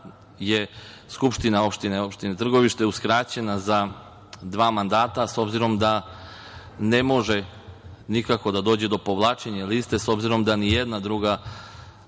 je Skupština opštine Trgovište uskraćena za dva mandata, s obzirom da ne može da dođe nikako do povlačenja liste, s obzirom da ni jedna druga